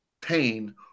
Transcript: pain